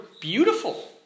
beautiful